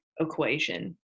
equation